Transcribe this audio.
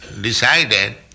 decided